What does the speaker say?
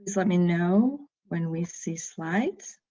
let me know when we see slides.